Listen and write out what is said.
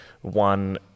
one